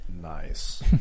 Nice